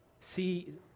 see